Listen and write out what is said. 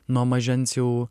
nuo mažens jau